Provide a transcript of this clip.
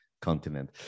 continent